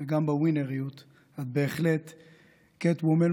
וגם בווינריות את בהחלט קאטוומן.